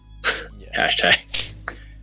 Hashtag